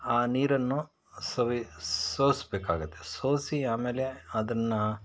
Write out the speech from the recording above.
ಆ ನೀರನ್ನು ಸವಿ ಸೋಸ್ ಬೇಕಾಗುತ್ತೆ ಸೋಸಿ ಆಮೇಲೆ ಅದನ್ನು